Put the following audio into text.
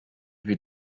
wie